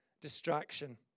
distraction